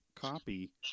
copy